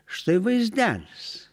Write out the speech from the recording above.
štai vaizdelis